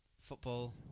football